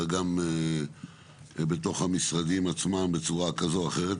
אלא גם בתוך המשרדים עצמם בצורה כזו או אחרת,